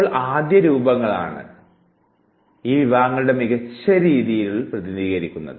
ഇപ്പോൾ ആദ്യരൂപങ്ങളാണ് ഈ വിഭാഗങ്ങളുടെ മികച്ച രീതിയിൽ പ്രതിനിധീകരിക്കുന്നത്